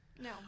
No